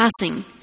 passing